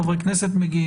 חברי הכנסת.